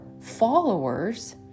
followers